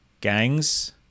gangs